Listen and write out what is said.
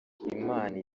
imana